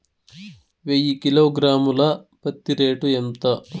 వెయ్యి కిలోగ్రాము ల పత్తి రేటు ఎంత?